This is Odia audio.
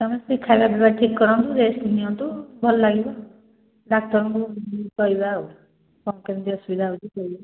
ତମେ ସେ ଖାଇବା ପିଇବା ଠିକ କରନ୍ତୁ ରେଷ୍ଟ ନିଅନ୍ତୁ ଭଲ ଲାଗିବ ଡାକ୍ତରଙ୍କୁ କହିବା ଆଉ କ'ଣ କେମିତି ଅସୁବିଧା ହେଉଛି କ